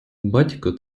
батько